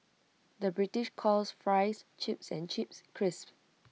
the British calls Fries Chips and Chips Crisps